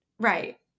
Right